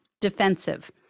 defensive